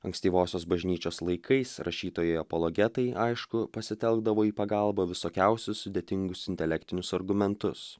ankstyvosios bažnyčios laikais rašytojai apologetai aišku pasitelkdavo į pagalbą visokiausius sudėtingus intelektinius argumentus